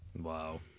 Wow